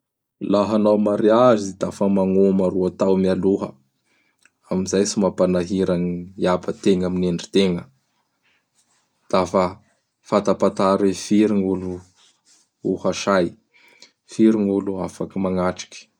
Laha hanao mariage dafa magnoma roa tao mialoha. Amin'izay tsy mampanahira gny Abategna, amin'i Endritegna. Da fa fatapatary hoe firy gn' olo ho hasay. Firy gny olo afaky manatriky.